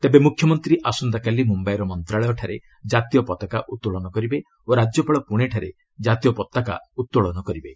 ତେବେ ମୁଖ୍ୟମନ୍ତ୍ରୀ ଆସନ୍ତାକାଲି ମୁମ୍ୟାଇର ମନ୍ତାଳୟଠାରେ ଜାତୀୟ ପତାକା ଉତ୍ତୋଳନ କରିବେ ଓ ରାଜ୍ୟପାଳ ପୁଣେଠାରେ ଜାତୀୟ ପତାକା ଉତ୍ତୋଳନ କରିବେ